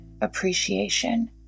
appreciation